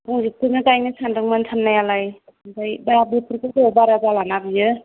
रन्जितखौनो गायनो सानदों मोन साननाया लाय ओमफाय दा बोथोरआव बारा जाला ना बियो